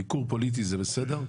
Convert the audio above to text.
ביקור פוליטי זה בסדר,